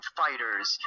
fighters